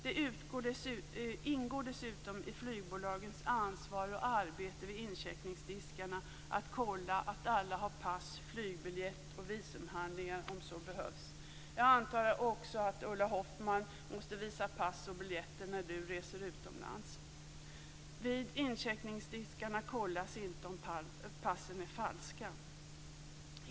Det ingår dessutom i flygbolagens ansvar och arbete vid incheckningsdiskarna att kolla att alla har pass, flygbiljett och visumhandlingar om så behövs. Jag antar också att Ulla Hoffmann måste visa pass och biljetter när hon reser utomlands. Vid incheckningsdiskarna kollas inte om passen är falska.